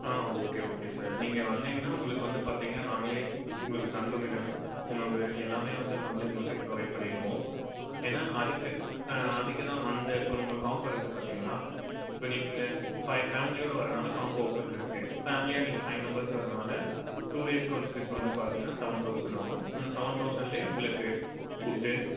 ஆ okay okay sir நீங்கள் வந்திங்கனா உங்களுக்கு வந்து பாத்திங்கன்னா நாங்களே உங்களுக்கு தங்குமிடம் உணவு எல்லாமே வந்து நாங்களே உங்களுக்கே ப்ரொவைட் பண்ணிருவோம் ஏன்னால் அதுக்கு ஆ அதுக்கு தான் அந்த இப்ப உங்களுக்கு ஆஃபர் இருக்குது பார்த்தீங்களா இப்போ நீங்கள் ஃபைவ் ஃபேமிலியோடய வரனால காம்போ ஆஃபரில் இருக்கு ஃபேமிலியாக நீங்கள் ஃபைவ் மெம்பர்ஸ் வரனால டூ டேஸ்க்கு வந்து ட்ரிப்பு வந்து பார்த்திங்கனா செவன் தௌசண்ட் வரும் அந்த செவன் தௌசண்ட்லேயே உங்களுக்கு ஃபுட்டு